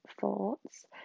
thoughts